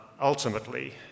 ultimately